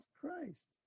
Christ